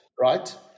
right